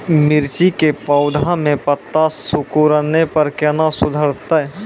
मिर्ची के पौघा मे पत्ता सिकुड़ने पर कैना सुधरतै?